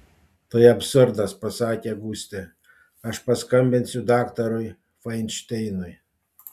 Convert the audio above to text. tai absurdas pasakė gustė aš paskambinsiu daktarui fainšteinui